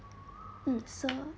mm so